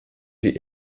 die